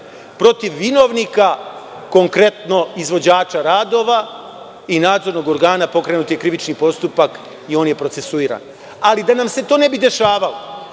Protiv vinovnika, konkretno izvođača radova i nadzornog organa pokrenut je krivični postupak i on je procesuiran. Da nam se to ne bi dešavalo